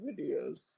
videos